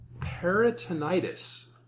peritonitis